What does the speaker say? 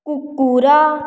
କୁକୁର